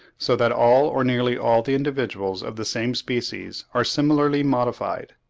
so that all or nearly all the individuals of the same species are similarly modified.